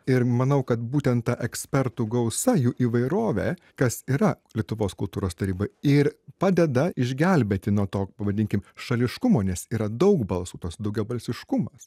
ir manau kad būtent ta ekspertų gausa jų įvairovė kas yra lietuvos kultūros taryba ir padeda išgelbėti nuo to pavadinkim šališkumo nes yra daug balsų tas daugiabalsiškumas